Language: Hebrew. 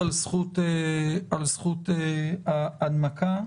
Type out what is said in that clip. זאת ישיבת הפרידה שלנו מצוות הייעוץ המשפטי של ועדת הפנים,